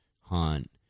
hunt